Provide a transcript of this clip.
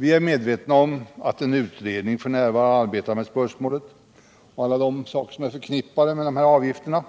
Vi är medvetna om att en utredning f. n. arbetar med spörsmål som är förknippade med dessa avgifter,